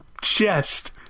chest